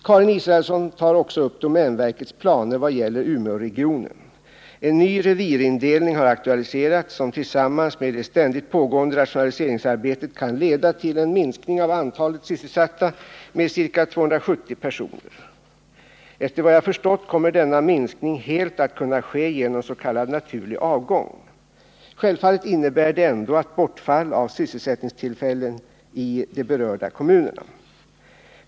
Karin Israelsson tar också upp domänverkets planer vad gäller Umeåregionen. En ny revirindelning har aktualiserats, som tillsammans med det ständigt pågående rationaliseringsarbetet kan leda till en minskning av antalet sysselsatta med ca 270 personer. Efter vad jag förstått kommer denna minskning helt att kunna ske genom s.k. naturlig avgång. Självfallet innebär det ändå ett bortfall av sysselsättningstillfällen i de berörda kommunerna.